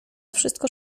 wszystko